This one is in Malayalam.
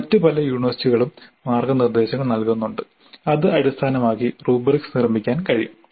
മറ്റ് പല യൂണിവേഴ്സിറ്റികളും മാർഗ്ഗനിർദ്ദേശങ്ങൾ നൽകുന്നുണ്ട് അത് അടിസ്ഥാനമാക്കി റുബ്രിക്സ് നിർമ്മിക്കാൻ കഴിയും